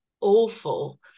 awful